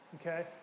Okay